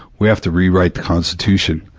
we have to rewrite the constitution,